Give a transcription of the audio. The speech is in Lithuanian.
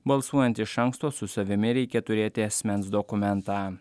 balsuojant iš anksto su savimi reikia turėti asmens dokumentą